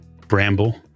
Bramble